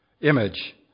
image